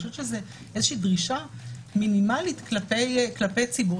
אני חושבת שזו דרישה מינימלית כלפי ציבור,